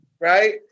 Right